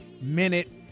minute